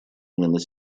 именно